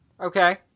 Okay